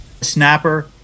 snapper